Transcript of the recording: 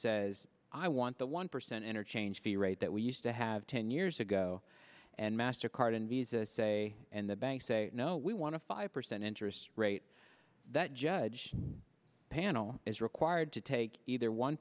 says i want the one percent interchange the rate that we used to have ten years ago and mastercard and visa say and the banks say no we want a five percent interest rate that judge panel is required to take either one